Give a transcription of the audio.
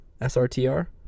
S-R-T-R